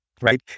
right